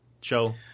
show